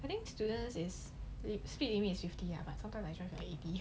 I think students is the speed limit is fifty ya but sometimes I drive for eighty